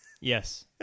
yes